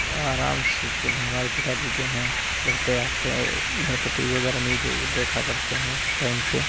आराम से हमारे पिता जी जो हैं घर पे आते घर पे टी वी वगैरह न्यूज़ वो देखा करते हैं टाइम पे